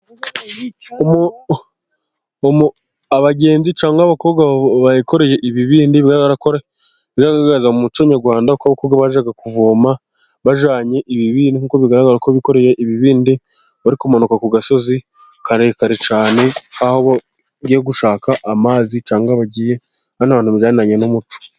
Abagenzi cyangwa abakobwa bikoreye ibibindi, bigaragaza mu muco nyarwanda ko abakobwa bajyaga kuvoma bajyanye ibibindi, nk'uko bigaragara ko bikoreye ibibindi bari kumanuka ku gasozi karekare cyane, aho bagiye gushaka amazi cyangwa, bagiye ahandi hantu mu bigendanye n'umuco.